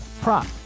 prop